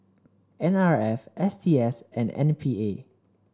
N R F S T S and M P A